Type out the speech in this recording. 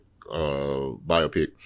biopic